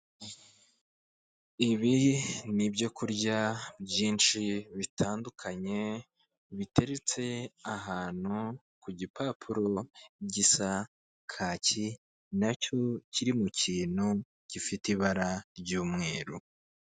Ibi ni ibyo kurya byinshi bitandukanye, biteretse ahantu ku gipapuro gisa kaki nacyo kiri mu kintu gifite ibara ry'umweru.